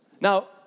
Now